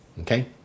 Okay